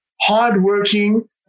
hardworking